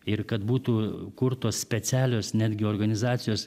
ir kad būtų kurtos specialios netgi organizacijos